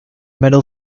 metal